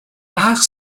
ask